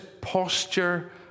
posture